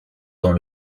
dans